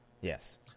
Yes